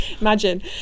Imagine